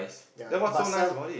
yea but some